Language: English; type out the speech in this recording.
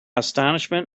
astonishment